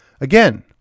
Again